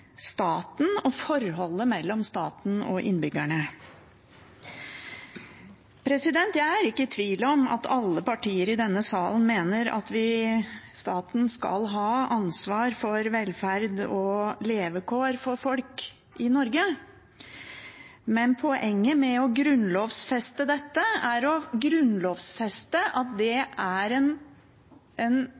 staten og forholdet mellom staten og innbyggerne. Jeg er ikke i tvil om at alle partier i denne salen mener at staten skal ha ansvar for velferd og levekår for folk i Norge, men poenget med å grunnlovfeste det er at det er en